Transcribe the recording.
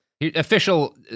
official